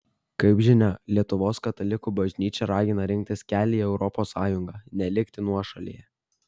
kaip žinia lietuvos katalikų bažnyčia ragina rinktis kelią į europos sąjungą nelikti nuošalėje